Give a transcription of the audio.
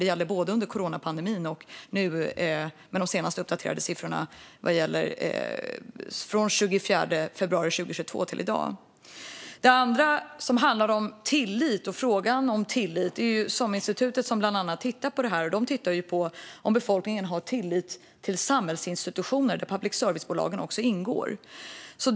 Det gällde både under coronapandemin och nu med de senaste uppdaterade siffrorna från den 24 februari 2022 till i dag. Gällande frågan om tillit tittar SOM-institutet på om befolkningen har tillit till samhällsinstitutioner, där public service-bolagen ingår.